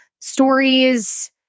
stories